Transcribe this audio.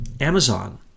Amazon